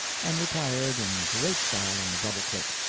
and retired in great style on the double-quick.